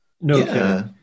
No